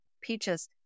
peaches